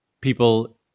people